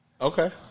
Okay